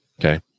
Okay